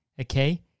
okay